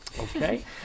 okay